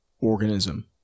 organism